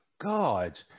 God